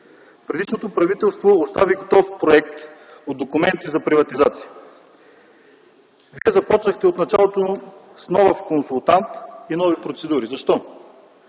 Предишното правителство остави готов проект от документи за приватизация. Вие започнахте от началото с нов консултант и нови процедури. Защо?